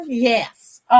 Yes